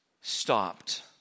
stopped